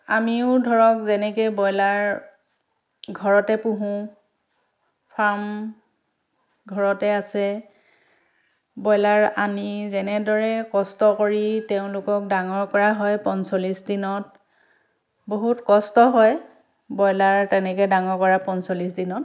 আমিও ধৰক যেনেকৈ ব্ৰয়লাৰ ঘৰতে পোহোঁ ফাৰ্ম ঘৰতে আছে ব্ৰয়লাৰ আনি যেনেদৰে কষ্ট কৰি তেওঁলোকক ডাঙৰ কৰা হয় পঞ্চলিছ দিনত বহুত কষ্ট হয় ব্ৰয়লাৰ তেনেকৈ ডাঙৰ কৰা পঞ্চলিছ দিনত